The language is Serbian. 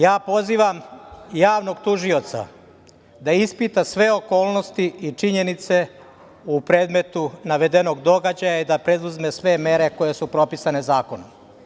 Ja pozivam javnog tužioca da ispita sve okolnosti i činjenice u predmetu navedenog događaja i da preduzme sve mere koje su propisane zakonom.